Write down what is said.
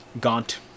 gaunt